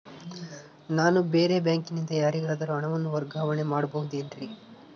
ನಾನು ಬೇರೆ ಬ್ಯಾಂಕಿನಿಂದ ಯಾರಿಗಾದರೂ ಹಣವನ್ನು ವರ್ಗಾವಣೆ ಮಾಡಬಹುದೇನ್ರಿ?